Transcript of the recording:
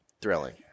thrilling